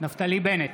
נפתלי בנט,